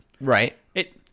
Right